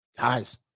Guys